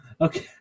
Okay